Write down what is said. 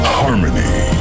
harmony